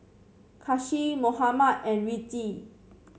Kasih Muhammad and Rizqi